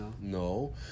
no